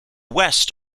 west